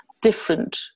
different